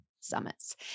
summits